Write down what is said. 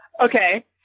Okay